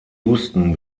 houston